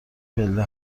پله